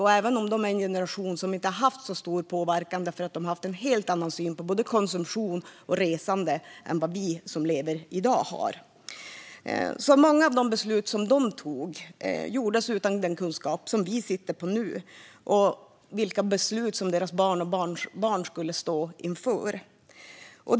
De är också en generation som inte har haft särskilt stor påverkan, eftersom de har haft en helt annan syn på både konsumtion och resande än vi har i dag. Många av de beslut som de tog fattades utan den kunskap som vi sitter på nu och utan kunskap om de beslut som deras barn och barnbarn skulle komma att stå inför.